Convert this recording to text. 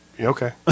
Okay